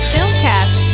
Filmcast